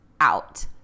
out